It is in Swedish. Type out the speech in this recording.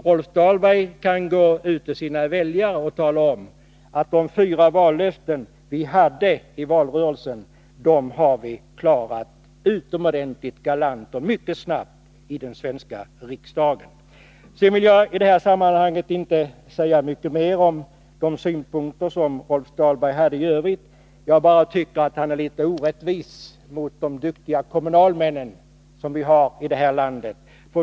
Rolf Dahlberg kan gå ut till sina väljare och tala om att vi i den svenska riksdagen utomordentligt galant och mycket snabbt kunde förverkliga våra fyra vallöften. Sedan vill jag i detta sammanhang inte säga mycket mer om de synpunkter som Rolf Dahlberg i övrigt hade. Jag tycker bara att han var litet orättvis mot de duktiga kommunalmännen i detta land.